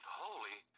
holy